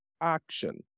action